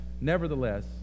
nevertheless